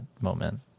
moment